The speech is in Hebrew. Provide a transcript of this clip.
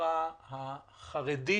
החברה החרדית